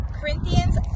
Corinthians